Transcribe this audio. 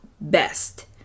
best